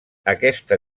aquesta